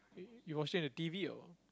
you watch it on the t_v or